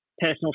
personal